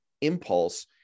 impulse